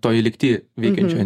toj lygty veikiančioj